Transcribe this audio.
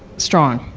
strong.